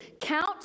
Count